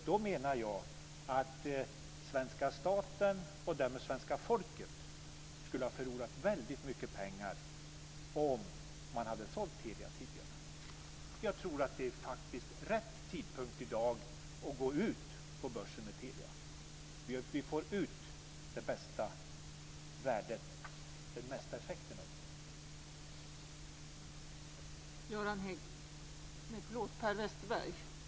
Då menar jag att svenska staten och därmed svenska folket skulle ha förlorat väldigt mycket pengar om man hade sålt Telia tidigare. Jag tror att det är rätt tidpunkt i dag att gå ut på börsen med Telia. Vi får ut det bästa värdet och den mesta effekten av det.